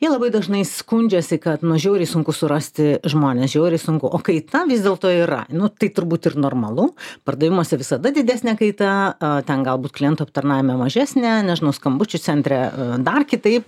jie labai dažnai skundžiasi kad nu žiauriai sunku surasti žmones žiauriai sunku o kaita vis dėlto yra nu tai turbūt ir normalu pardavimuose visada didesnė kaita ten galbūt klientų aptarnavime mažesnė nežinau skambučių centre dar kitaip